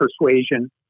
persuasion